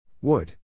Wood